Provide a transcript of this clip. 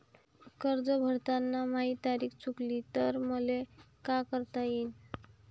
कर्ज भरताना माही तारीख चुकली तर मले का करता येईन?